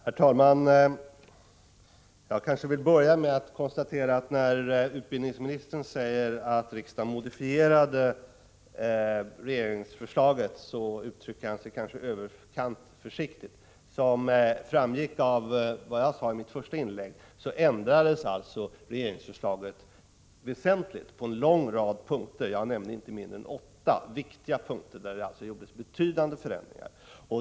Herr talman! Jag vill börja med att konstatera aft när utbildningsministern säger att riksdagen modifierade regeringsförslaget så uttrycker han sig i överkant försiktigt. Som framgick av vad jag sade i mitt första inlägg ändrades regeringsförslaget väsentligt på en lång rad punkter — på inte mindre än åtta viktiga punkter gjorde man betydande förändringar.